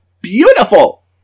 beautiful